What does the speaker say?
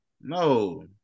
No